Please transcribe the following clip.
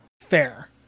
fair